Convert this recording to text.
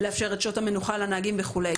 לאפשר את שעות המנוחה לנהגים וכולי.